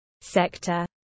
sector